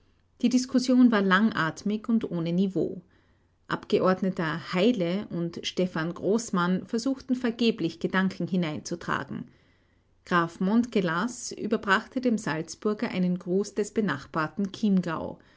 die diskussion war langatmig und ohne niveau abgeordneter heile und stefan großmann versuchten vergeblich gedanken hineinzutragen graf montgelas überbrachte dem salzburger einen gruß des benachbarten